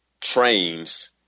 trains